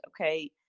Okay